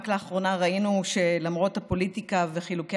רק לאחרונה ראינו שלמרות הפוליטיקה וחילוקי